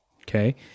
okay